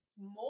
More